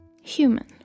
human